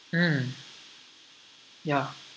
mm ya